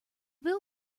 bill